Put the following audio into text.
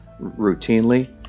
routinely